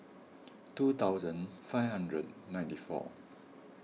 two thousand five hundred ninety four